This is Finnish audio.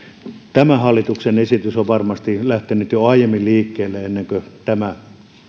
tämä hallituksen esitys on varmasti lähtenyt jo aiemmin liikkeelle ennen kuin tuli esille tämä